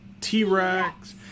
T-Rex